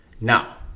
Now